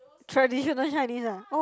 traditional Chinese ah oh